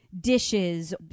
dishes